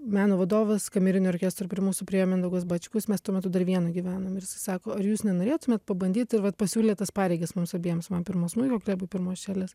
meno vadovas kamerinio orkestro prie mūsų priėjo mindaugas bačkus mes tuo metu dar vienoj gyvenom ir jisai sako ar jūs nenorėtumėt pabandyt ir vat pasiūlė tas pareigas mums abiems man pirmo smuiko gelbui pirmos čelės